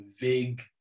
vague